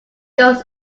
goes